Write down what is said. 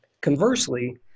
Conversely